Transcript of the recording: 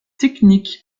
technique